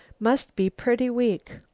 must be pretty weak.